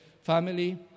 family